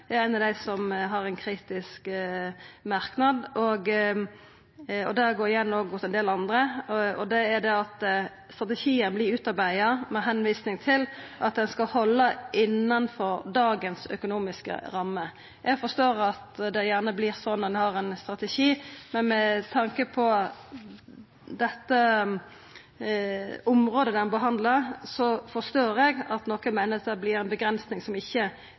er av dei som har ein kritisk merknad – og det går òg igjen hos ein del andre – om at strategien vert utarbeidd med tilvising til at ein skal halda seg innanfor dagens økonomiske rammer. Eg forstår at det gjerne vert sånn når ein har ein strategi, men med tanke på dette området han behandlar, forstår eg at nokon meiner dette vert ei avgrensing som ikkje